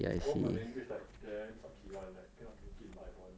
both my language like damn sucky [one] I cannot take it oh my god